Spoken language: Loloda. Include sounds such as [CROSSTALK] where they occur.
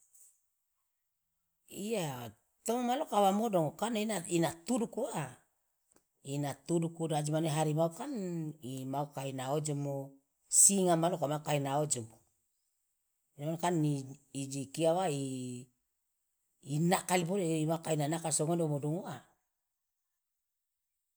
iya tomo mane lo kawa modongo kan ena ina tuduku wa ina tuduku de aje mane harimau kan imauka ina ojomo singa mane lo mau ka ina ojomo ijikia wa [HESITATION] inakali mau ka ini nakal so ngone wo modonguwa.